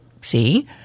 see